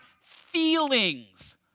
feelings